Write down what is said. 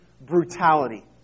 brutality